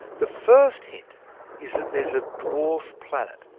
the first hint is that there's a dwarf planet,